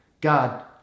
God